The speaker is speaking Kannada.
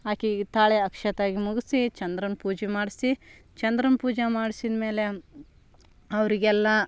ಆಕಿಗೆ ತಾಳಿ ಅಕ್ಷತೆ ಮುಗಿಸಿ ಚಂದ್ರನ ಪೂಜೆ ಮಾಡಿಸಿ ಚಂದ್ರನ ಪೂಜೆ ಮಾಡ್ಸಿದ ಮೇಲೆ ಅವರಿಗೆಲ್ಲಾ